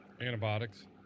antibiotics